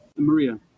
Maria